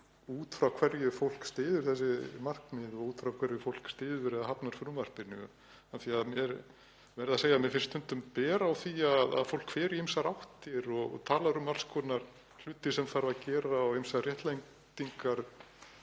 út frá hverju fólk styður þessi markmið og út frá hverju fólk styður eða hafnar frumvarpinu af því að ég verð að segja að mér finnst stundum bera á því að fólk fari í ýmsar áttir og tali um alls konar hluti sem þarf að gera og ýmsar réttlætingar